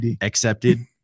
accepted